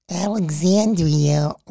Alexandria